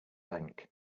bank